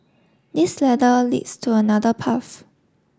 this ladder leads to another path